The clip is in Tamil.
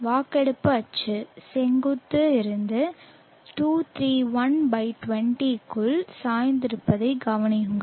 வாக்கெடுப்பு அச்சு செங்குத்து இருந்து 23120 க்குள் சாய்ந்திருப்பதைக் கவனியுங்கள்